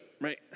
right